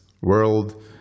world